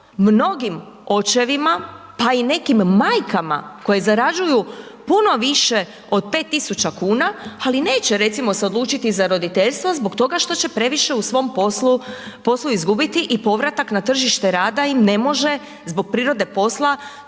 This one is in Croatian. mnogim očevima, pa i nekim majkama koje zarađuju puno više od 5.000,00 kuna, ali neće recimo se odlučiti za roditeljstvo zbog toga što će previše u svom poslu, poslu izgubiti, i povratak na tržište rada im ne može zbog prirode posla